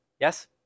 yes